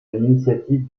l’initiative